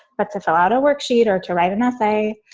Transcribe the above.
but to fill out a worksheet or to write an essay.